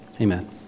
Amen